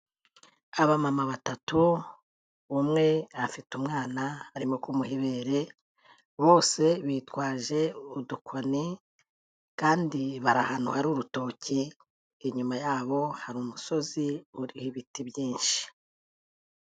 Abamama batatu, umwe afite umwana arimo kumuha ibere, bose bitwaje udukoni kandi bari ahantu hari urutoki, inyuma yabo, hari umusozi uriho ibiti byinshi.